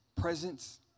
presence